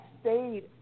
stayed